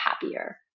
happier